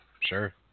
sure